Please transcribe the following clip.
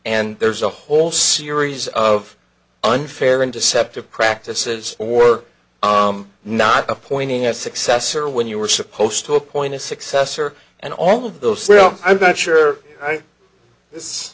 and there's a whole series of unfair and deceptive practices for not appointing a successor when you were supposed to appoint a successor and all of those well i'm not sure it's i